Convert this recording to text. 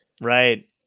Right